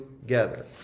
together